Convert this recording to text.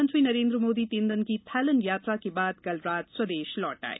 प्रधानमंत्री नरेंद्र मोदी तीन दिन की थाईलैंड यात्रा के बाद कल रात स्वदेश लौट आये